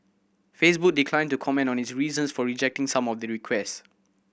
Facebook declined to comment on its reasons for rejecting some of the request